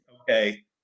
okay